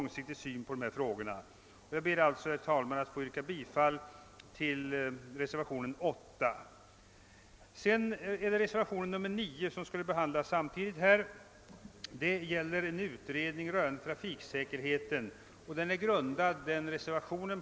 Givetvis beror detta tillstyrkande på att verket saknar resurser att självt göra utredningen, men det naturliga vore väl att verket hade de möjligheterna.